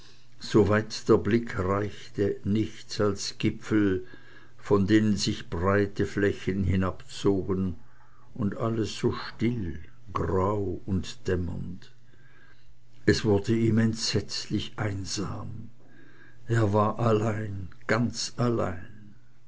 soweit der blick reichte nichts als gipfel von denen sich breite flächen hinabzogen und alles so still grau dämmernd es wurde ihm entsetzlich einsam er war allein ganz allein